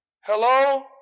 Hello